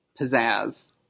pizzazz